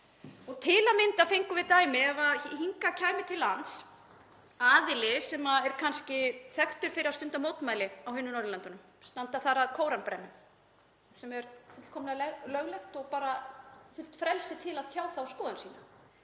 dag. Til að mynda fengum við dæmi um heimildir ef hingað kæmi til lands aðili sem er kannski þekktur fyrir að stunda mótmæli á hinum Norðurlöndunum og standa þar að Kóranbrennum, sem er fullkomlega löglegt og er fullt frelsi til að tjá þá skoðun.